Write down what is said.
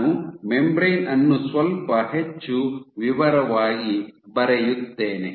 ನಾನು ಮೆಂಬರೇನ್ ಅನ್ನು ಸ್ವಲ್ಪ ಹೆಚ್ಚು ವಿವರವಾಗಿ ಬರೆಯುತ್ತೇನೆ